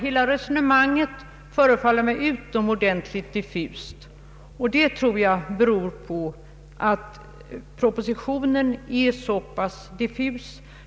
Hela resonemanget förefaller mig utomordentligt diffust, vilket nog beror på att propositionen är så pass oklar.